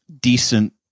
decent